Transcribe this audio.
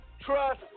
trust